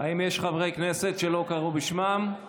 האם יש חברי כנסת שלא קראו בשמם?